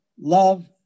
love